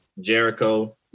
Jericho